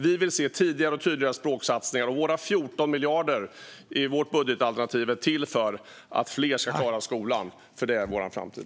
Vi vill se tidigare och tydligare språksatsningar. De 14 miljarderna i vårt budgetalternativ är till för att fler ska klara skolan, för det är vår framtid.